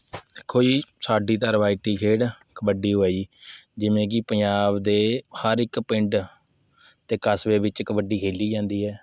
ਦੇਖੋ ਜੀ ਸਾਡੀ ਤਾਂ ਰਵਾਇਤੀ ਖੇਡ ਕਬੱਡੀ ਓ ਹੈ ਜੀ ਜਿਵੇਂ ਕਿ ਪੰਜਾਬ ਦੇ ਹਰ ਇੱਕ ਪਿੰਡ ਅਤੇ ਕਸਬੇ ਵਿੱਚ ਕਬੱਡੀ ਖੇਲੀ ਜਾਂਦੀ ਹੈ